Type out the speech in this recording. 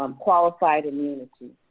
um qualified immunity.